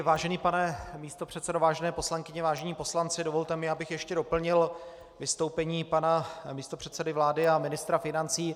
Vážený pane místopředsedo, vážené poslankyně, vážení poslanci, dovolte mi, abych ještě doplnil vystoupení pana místopředsedy vlády a ministra financí.